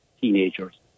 teenagers